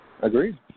Agreed